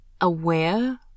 aware